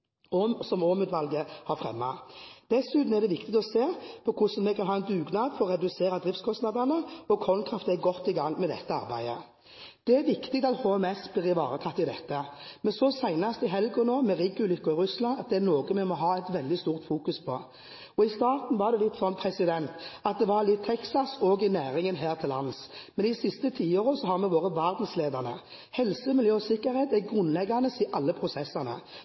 har fremmet. Dessuten er det viktig å se på hvordan vi kan ha en dugnad for å redusere driftskostnadene. KonKraft er godt i gang med dette arbeidet. Det er viktig at HMS blir ivaretatt i dette. Vi så senest i helgen, med riggulykken i Russland, at dette er noe vi må ha et veldig stort fokus på. I starten var det nok litt texas i næringen også her til lands, men i de siste tiårene har vi vært verdensledende. Helse, miljø og sikkerhet er grunnleggende i alle prosessene.